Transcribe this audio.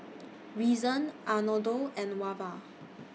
Reason Arnoldo and Wava